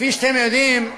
כפי שאתם יודעים,